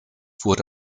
wurde